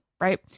right